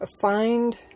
find